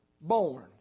born